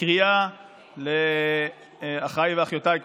אני מסיים בבקשה ובקריאה לאחיי ואחיותיי.